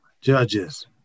Judges